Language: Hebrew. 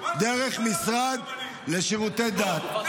דרך המשרד לשירותי דת.